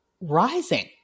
rising